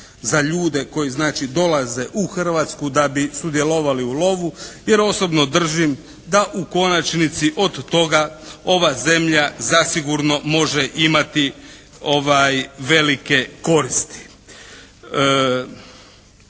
za ljude koji znači dolaze u Hrvatsku da bi sudjelovali u lovu. Jer osobno držim da u konačnici od toga ova zemlja zasigurno može imati velike koristi.